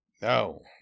No